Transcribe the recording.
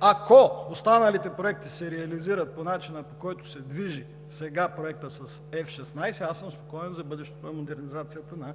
Ако останалите проекти се реализират по начина, по който се движи сега Проектът с F-16, аз съм спокоен за бъдещето на модернизацията на